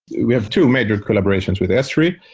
we have two major collaborations with s three.